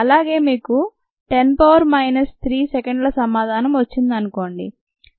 అలాగే మీకు 10 power minus 3 సెకండ్ల సమాధానం వచ్చిందనుకోండి